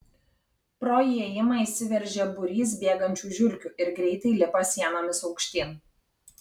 pro įėjimą įsiveržia būrys bėgančių žiurkių ir greitai lipa sienomis aukštyn